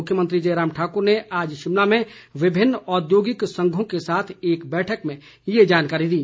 मुख्यमंत्री जयराम ठाकुर ने आज शिमला में विभिन्न औद्योगिक संघों के साथ एक बैठक में ये जानकारी दी